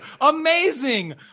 Amazing